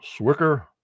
Swicker